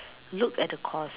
look at the course